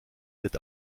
wird